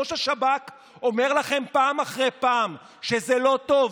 ראש השב"כ אומר לכם פעם אחרי פעם שזה לא טוב,